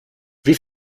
wie